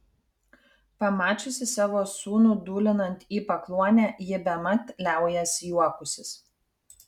pamačiusi savo sūnų dūlinant į pakluonę ji bemat liaujasi juokusis